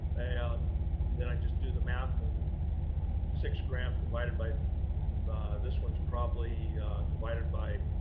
and then i just do the math and six grams divided by this one's probably divided by